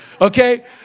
Okay